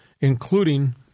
including